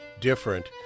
different